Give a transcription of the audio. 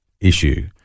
Issue